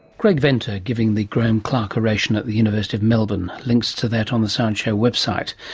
craig venter giving the graeme clark oration at the university of melbourne, links to that on the science show website,